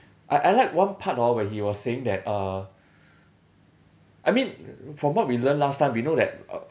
I I like one part hor where he was saying that uh I mean from what we learn last time we know that uh